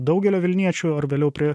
daugelio vilniečių ar vėliau prie